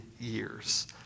years